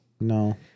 No